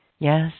Yes